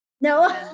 No